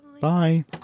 Bye